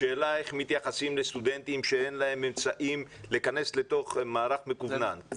השאלה איך מתייחסים לסטודנטים שאין להם אמצעים להיכנס לתוך מערך מקוונן,